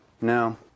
No